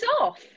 off